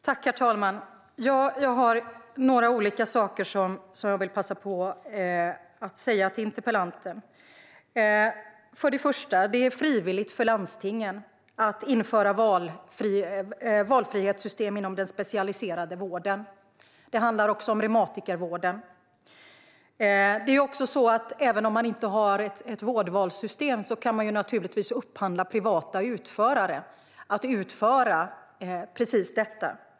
Herr talman! Det är några olika saker som jag vill passa på att säga till interpellanten. Till att börja med är det frivilligt för landstingen att införa valfrihetssystem inom den specialiserade vården, även inom reumatikervården. Även om man inte har ett vårdvalssystem kan man naturligtvis upphandla privata utförare.